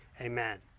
amen